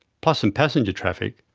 plus some passenger traffic,